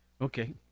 Okay